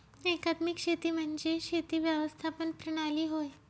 एकात्मिक शेती म्हणजे शेती व्यवस्थापन प्रणाली होय